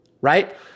right